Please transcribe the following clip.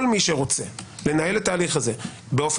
כל מי שרוצה לנהל את ההליך הזה בהידברות,